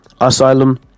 Asylum